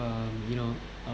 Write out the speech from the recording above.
um you know